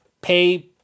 pay